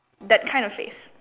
that kind of face